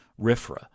Rifra